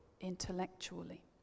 intellectually